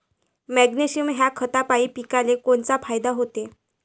Magnesium ह्या खतापायी पिकाले कोनचा फायदा होते?